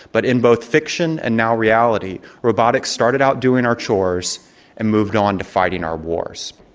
but in both fiction and now reality, robotics started out doing our chores and moved on to fighting our wars.